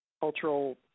cultural